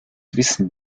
wissen